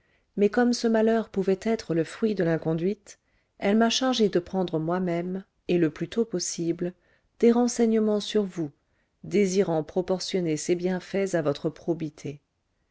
mais comme ce malheur pouvait être le fruit de l'inconduite elle m'a chargé de prendre moi-même et le plus tôt possible des renseignements sur vous désirant proportionner ses bienfaits à votre probité